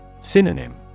Synonym